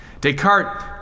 Descartes